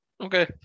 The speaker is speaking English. okay